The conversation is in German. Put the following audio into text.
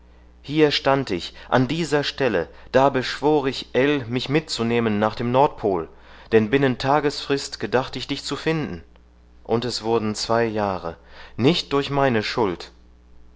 hier stand ich an dieser stelle da beschwor ich ell mich mitzunehmen nach dem nordpol denn binnen tagesfrist gedacht ich dich zu finden und es wurden zwei jahre nicht durch meine schuld